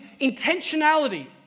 intentionality